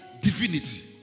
divinity